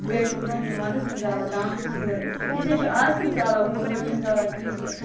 بیفیہِ حظ چھِ برونٛہہ ٲسمتۍ وندس مَنٛز زالان دامبرس ہیٚر أسۍ حظ چھِ آز تہِ زالان وۄنۍ گوٚو أڑ چھِ نہٕ زالان کِہیٖنۍ تہٕ